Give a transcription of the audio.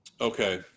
Okay